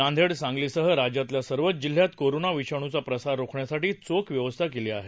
नांदेडूसांगलीसह राज्यातल्या सर्वच जिल्ह्यात कोरोना विषाणूचा प्रसार रोखण्यासाठी चोख व्यवस्था केली आहे